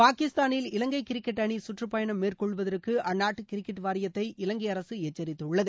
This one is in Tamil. பாகிஸ்தானில் இலங்கை கிரிக்கெட் அணி கற்றப்பயணம் மேற்கொள்வதற்கு அந்நாட்டு கிரிக்கெட் வாரியத்தை இலங்கை அரசு எச்சரித்துள்ளது